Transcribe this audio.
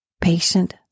patient